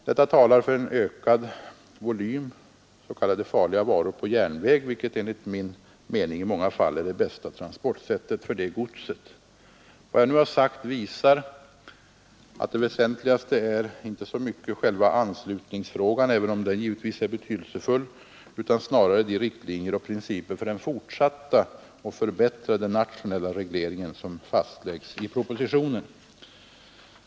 Detta talar för en ökad volym s.k. farliga varor på järnväg, vilket enligt min mening i många fall är det bästa transportsättet för detta gods. Vad jag nu har sagt visar att det väsentligaste är inte så mycket själva anslutningsfrågan, även om den givetvis är betydelsefull, utan snarare de riktlinjer och principer för den fortsatta och förbättrade nationella regleringen som fastläggs i propositionen.